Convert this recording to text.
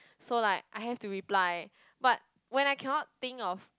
so like I have to reply but when I cannot think of